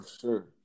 sure